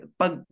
pag